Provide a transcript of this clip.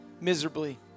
miserably